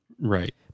Right